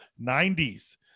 90s